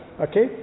okay